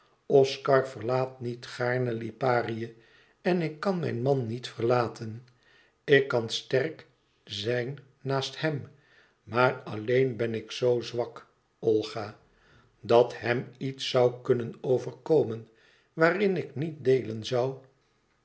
oscar verlaat niet gaarne iparië e ids aargang en ik kan mijn man niet verlaten ik kan sterk zijn naast hem maar alleen ben ik zoo zwak olga dat hèm iets zoû kunnen overkomen waarin ik niet deelen zoû